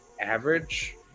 average